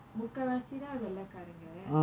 முக்காவாசி தா வெள்ளைகாரங்க:mukaavaasi thaa vellaikaaranga